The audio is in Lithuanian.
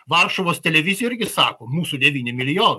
varšuvos televizijoj irgi sako mūsų devyni milijonai